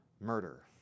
murder